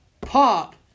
Pop